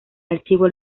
archivo